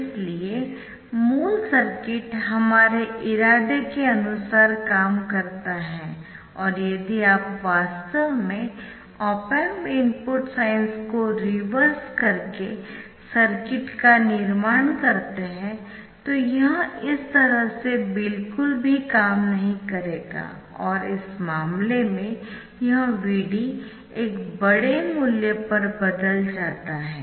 इसलिए मूल सर्किट हमारे इरादे के अनुसार काम करता है और यदि आप वास्तव में ऑप एम्प इनपुट साइन्स कोरिवर्स करके सर्किट का निर्माण करते है तो यह इस तरह से बिल्कुल भी काम नहीं करेगा और इस मामले में यह Vd एक बड़े मूल्य पर बदल जाता है